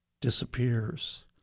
disappears